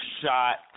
shot